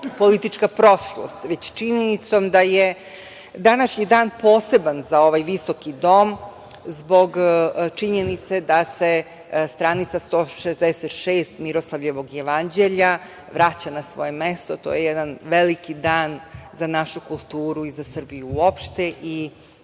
politička prošlost već činjenicom da je današnji dan poseban za ovaj viski dom zbog činjenice da se stranica 166 Miroslavljevog jevanđelja vraća na svoje mesto. To je jedna veliki dan za našu kulturu i za Srbiju uopšte i